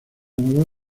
llamaba